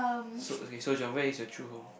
so okay so Jon where is your true home